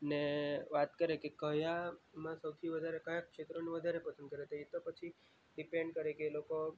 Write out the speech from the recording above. ને વાત કરે કે કયામાં સૌથી વધારે કયા ક્ષેત્રનું વધારે પસંદ કરે તો એતો પછી ડીપેન્ડ કરે કે લોકો